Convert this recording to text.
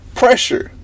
pressure